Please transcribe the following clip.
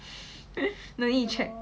no need check